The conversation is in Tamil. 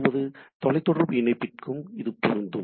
நமது தொலைத் தொடர்பு இணைப்பிற்கும் இது பொருந்தும்